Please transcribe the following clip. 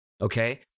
Okay